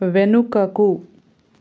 వెనుకకు